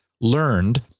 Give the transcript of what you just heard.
learned